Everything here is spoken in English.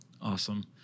Awesome